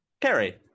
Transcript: Carrie